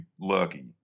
lucky